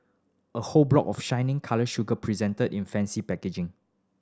a whole block of shiny coloured sugar presented in fancy packaging